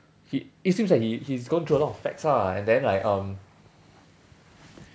he it seems like he he's gone through a lot of facts lah and then like um